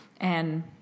and-